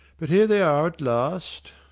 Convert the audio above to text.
but here they are at last.